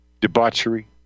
debauchery